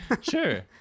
Sure